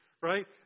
right